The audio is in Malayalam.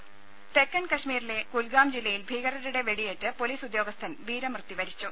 രുമ തെക്കൻ കശ്മീരിലെ കുൽഗാം ജില്ലയിൽ ഭീകരരുടെ വെടിയേറ്റ് പൊലീസ് ഉദ്യോഗസ്ഥൻ വീരമൃത്യു വരിച്ചു